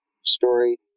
story